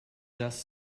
just